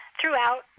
throughout